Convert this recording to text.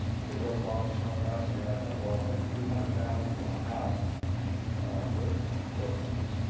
is it worthwhile me showing up and the guys like, well i'll take three hundred thousand dollars for my house. and i'm like what, it's worth